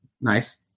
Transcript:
nice